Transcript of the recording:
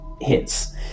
hits